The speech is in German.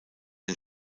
den